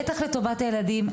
בטח לטובת הילדים.